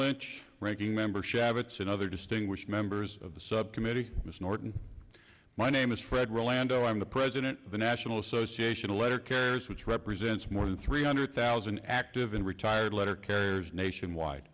lynch ranking member sheva chin other distinguished members of the subcommittee ms norton my name is fred reland i'm the president of the national association of letter carriers which represents more than three hundred thousand active and retired letter carriers nationwide